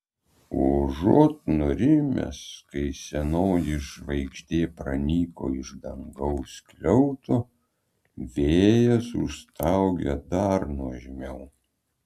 užuot nurimęs kai senoji žvaigždė pranyko iš dangaus skliauto vėjas užstaugė dar nuožmiau